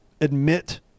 admit